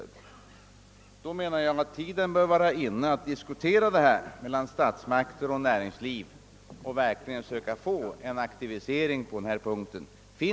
Under sådana förhållanden menar jag att tiden bör vara inne att diskutera detta mellan statsmakterna och näringslivet och verkligen försöka få till stånd en aktivisering på den punkten.